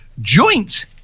joint